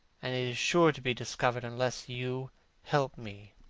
and it is sure to be discovered unless you help me.